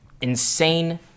insane